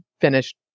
finished